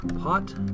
pot